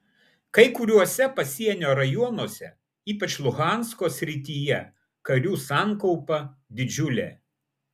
kai kuriuose pasienio rajonuose ypač luhansko srityje karių sankaupa didžiulė